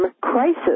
crisis